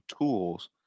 tools